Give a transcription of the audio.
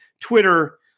Twitter